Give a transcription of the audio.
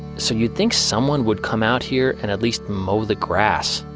so you think someone would come out here and at least mow the grass,